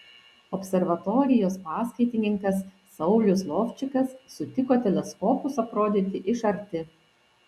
observatorijos paskaitininkas saulius lovčikas sutiko teleskopus aprodyti iš arti